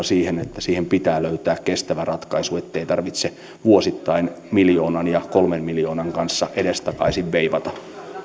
siihen että siihen pitää löytää kestävä ratkaisu ettei tarvitse vuosittain miljoonan ja kolmen miljoonan kanssa edestakaisin veivata